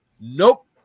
nope